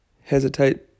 hesitate